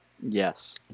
Yes